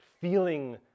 feeling